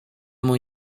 mój